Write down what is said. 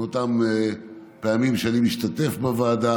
מאותם פעמים שבהן אני משתתף בוועדה